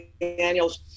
Daniels